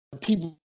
people